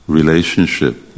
relationship